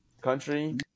Country